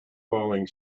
falling